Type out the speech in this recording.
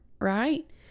right